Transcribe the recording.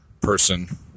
person